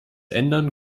ändern